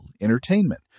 entertainment